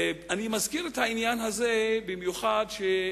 אני מזכיר את העניין הזה במיוחד כי,